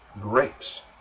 grapes